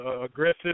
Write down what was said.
aggressive